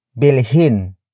bilhin